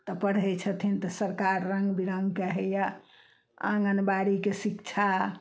तऽ पढ़य छथिन तऽ सरकार रङ्ग बिरङ्गके हैया आँगन बाड़ीके शिक्षा